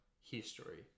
history